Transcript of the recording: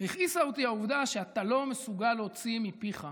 והכעיסה אותי העובדה שאתה לא מסוגל להוציא מפיך,